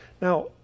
Now